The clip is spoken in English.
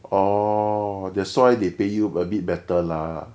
orh that's why they pay you a bit better lah